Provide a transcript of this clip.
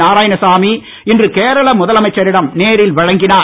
நாராயணசாமி இன்று கேரள முதலமைச்சரிடம் நேரில் வழங்கினார்